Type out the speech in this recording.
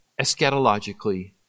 eschatologically